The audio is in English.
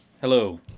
Hello